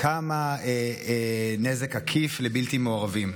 כמה נזק עקיף לבלתי מעורבים.